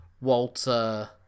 Walter